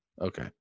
Okay